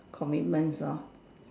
commitments lor